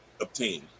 obtained